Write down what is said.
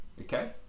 okay